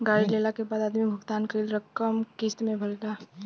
गाड़ी लेला के बाद आदमी भुगतान कईल रकम किस्त में भरेला